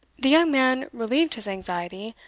the young man relieved his anxiety,